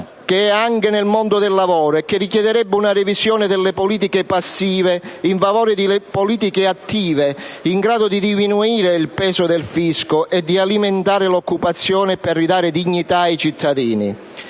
che è anche nel mondo del lavoro e che richiederebbe una revisione delle politiche passive in favore delle politiche attive, in grado di diminuire il peso del fisco e di alimentare l'occupazione per ridare dignità ai cittadini.